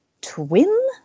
twin